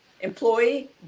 employee